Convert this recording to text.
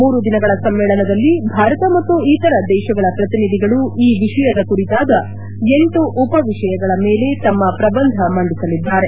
ಮೂರು ದಿನಗಳ ಸಮ್ಮೇಳನದಲ್ಲಿ ಭಾರತ ಮತ್ತು ಇತರ ದೇಶಗಳ ಪ್ರತಿನಿಧಿಗಳು ಈ ವಿಷಯದ ಕುರಿತಾದ ಎಂಟು ಉಪವಿಷಯಗಳ ಮೇಲೆ ತಮ್ಮ ಪ್ರಬಂಧ ಮಂಡಿಸಲಿದ್ದಾರೆ